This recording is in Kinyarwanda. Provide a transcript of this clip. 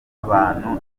abantu